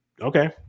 okay